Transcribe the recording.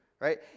right